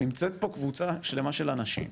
נמצאת פה קבוצה שלמה של אנשים,